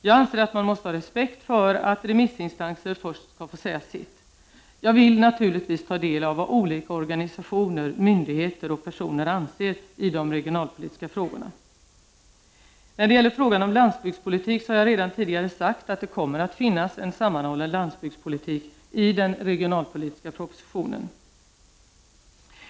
Jag anser att man måste ha respekt för att remissinstanser först skall få säga sitt. Jag vill naturligtvis ta del av vad olika organisationer, myndigheter och personer anser i de regionalpolitiska frågorna. När det gäller landsbygdspolitiken har jag redan tidigare sagt att det kommer att finnas en sammanhållen landsbygdspolitik i den regionalpolitiska propositionen.